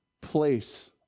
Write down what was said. place